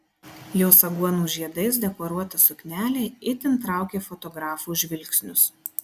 jos aguonų žiedais dekoruota suknelė itin traukė fotografų žvilgsnius